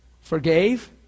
forgave